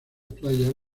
playas